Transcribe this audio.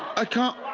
i can't.